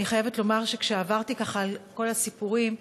אני חייבת לומר שכשעברתי, ככה, על כל הסיפורים,